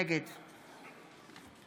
נגד